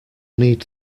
need